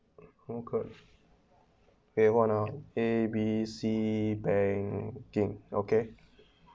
orh good eh what ah A B C banking okay